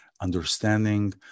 understanding